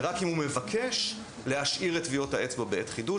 ורק אם הוא מבקש להשאיר את טביעות האצבע בעת חידוש.